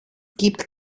gibt